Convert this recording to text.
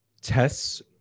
tests